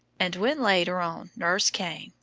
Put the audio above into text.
and when later on nurse came,